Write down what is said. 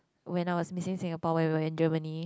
when I was missing Singapore when we were in Germany